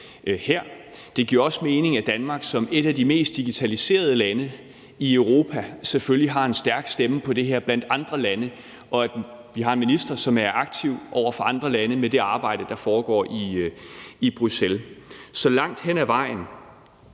Det giver også mening, at Danmark som et af de mest digitaliserede lande i Europa selvfølgelig har en stærk stemme i det her blandt andre lande, og at vi har en minister, som er aktiv over for andre lande i det arbejde, der foregår i Bruxelles. Så langt hen ad vejen